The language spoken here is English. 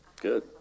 Good